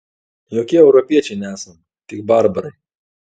jokie europiečiai nesam tik barbarai